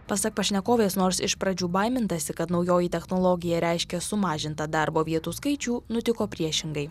pasak pašnekovės nors iš pradžių baimintasi kad naujoji technologija reiškia sumažintą darbo vietų skaičių nutiko priešingai